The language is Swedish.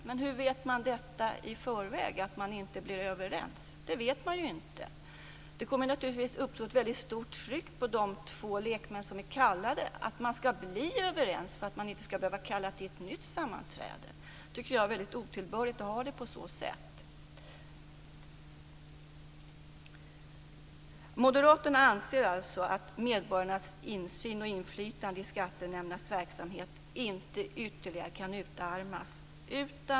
Men hur vet man i förväg att man blir överens? Det vet man ju inte. Det kommer naturligtvis att uppstå ett väldigt stort tryck på de två lekmän som är kallade att man ska bli överens så att man inte ska behöva kalla till ett nytt sammanträde. Jag tycker att det är väldigt otillbörligt att ha det på det sättet. Moderaterna anser alltså att medborgarnas insyn och inflytande i skattenämndernas verksamhet inte ytterligare kan utarmas.